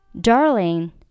Darling